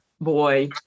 boy